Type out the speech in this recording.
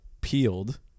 peeled